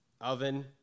oven